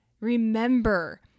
Remember